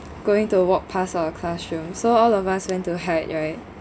going to walk pass our classroom so all of us went to hide right